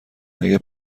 اگه